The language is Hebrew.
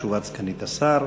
תשובת סגנית השר.